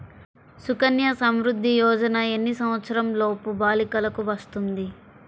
సుకన్య సంవృధ్ది యోజన ఎన్ని సంవత్సరంలోపు బాలికలకు వస్తుంది?